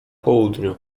południu